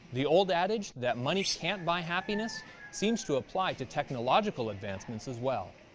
the old adage that money can't buy happiness seems to apply to technological advancements as well.